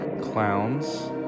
clowns